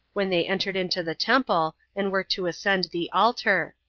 when they entered into the temple and were to ascend the altar,